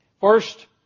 First